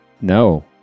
No